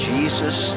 Jesus